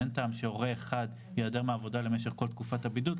אין טעם שהורה אחד ייעדר מהעבודה למשך כל תקופת הבידוד,